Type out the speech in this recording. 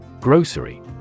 Grocery